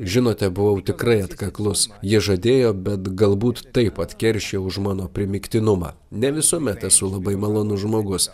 žinote buvau tikrai atkaklus jie žadėjo bet galbūt taip atkeršijo už mano primygtinumą ne visuomet esu labai malonus žmogus